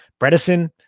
Bredesen